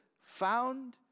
found